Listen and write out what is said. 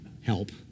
help